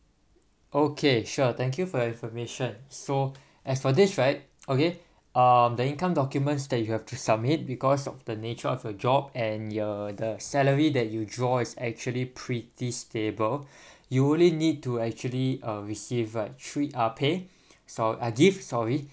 okay sure thank you for your information so as for this right okay um the income documents that you have to submit because of the nature of your job and your the salary that you draw is actually pretty stable you only need to actually uh receive uh three uh pay sor~ uh give sorry